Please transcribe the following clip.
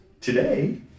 Today